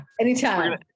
anytime